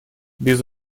без